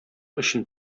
өчен